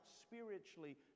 spiritually